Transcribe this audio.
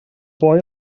boy